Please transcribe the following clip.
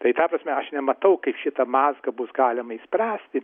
tai ta prasme aš nematau kaip šitą mazgą bus galima išspręsti